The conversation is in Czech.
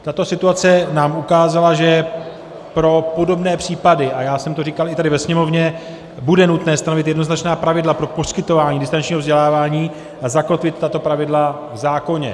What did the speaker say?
Tato situace nám ukázala, že pro podobné případy, a já jsem to říkal i tady ve Sněmovně, bude nutné stanovit jednoznačná pravidla pro poskytování distančního vzdělávání a zakotvit tato pravidla v zákoně.